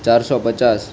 ચારસો પચાસ